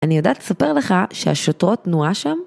אני יודעת לספר לך שהשוטרות תנועה שם?